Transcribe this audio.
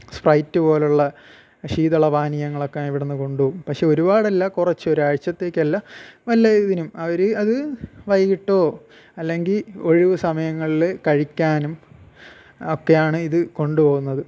Sprite പോലുള്ള ശീതള പാനീയങ്ങളൊക്കെ ഇവിടെ നിന്ന് കൊണ്ടുപോകും പക്ഷേ ഒരുപാടല്ല കുറച്ച് ഒരാഴ്ച്ചത്തേക്കല്ല വല്ല ഇതിനും അവര് അത് വൈകിട്ടോ അല്ലെങ്കിൽ ഒഴിവു സമയങ്ങളിൽ കഴിക്കാനും ഒക്കെയാണിത് കൊണ്ടുപോകുന്നത്